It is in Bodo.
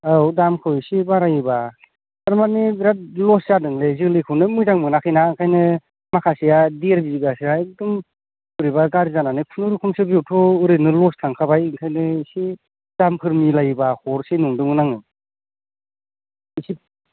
औ दामखौ इसे बारायोबा तारमाने बिराद लस जादोंलै जोलैखौनो मोजां मोनाखैना ओंखायनो माखासेआ देर बिगासोआ एकदम बोरैबा गाज्रि जानानै खुनु रखमसो बेयावथ' ओरैनो लस थांखाबाय ओंखायनो इसे दामफोर मिलायोबा हरनोसै नंदोंमोन आं इसे